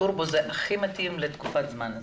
טורבו זה הכי מתאים לתקופת הזמן הזאת.